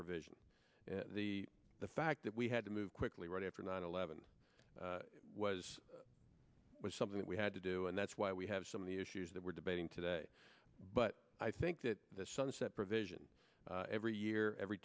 provision the the fact that we had to move quickly right after nine eleven was it was something that we had to do and that's why we have some of the issues that we're debating today but i think that the sunset provision every year every